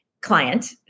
client